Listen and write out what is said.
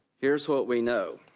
here is what we know.